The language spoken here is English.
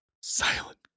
Silent